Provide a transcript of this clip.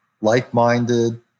like-minded